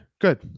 good